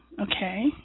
okay